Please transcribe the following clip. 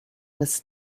was